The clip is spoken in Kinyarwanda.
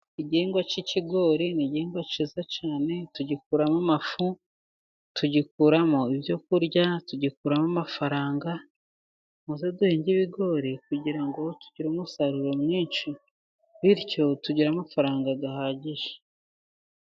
Igihingwa cy'ikigori ni igihingwa cyiza cyane, tugikuramo amafu, tugikuramo ibyo kurya, tugikuramo amafaranga, muze duhinge ibigori kugira ngo tugire umusaruro mwinshi, bityo tugire amafaranga ahagije.